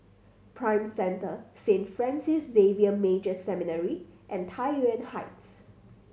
Prime Centre Saint Francis Xavier Major Seminary and Tai Yuan Heights